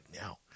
now